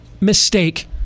mistake